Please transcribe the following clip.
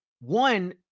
one